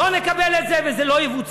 לא נקבל את זה, וזה לא יבוצע.